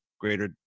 greater